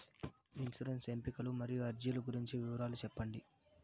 insurance ఎంపికలు మరియు అర్జీల గురించి వివరాలు సెప్పండి